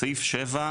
סעיף (7),